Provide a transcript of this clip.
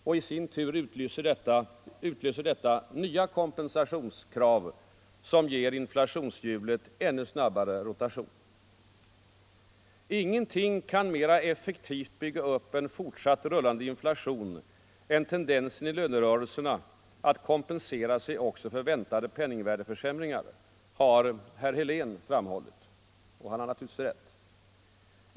I sin tur utlöser detta nya kompensationskrav, som ger inflationshjulet ännu snabbare rotation. ”Ingenting kan mera effektivt bygga upp en fortsatt rullande inflation än tendensen i lönerörelserna att kompensera sig också för väntade penningvärdeförsämringar” — har herr Helén framhållit. Han har naturligtvis rätt.